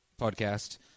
podcast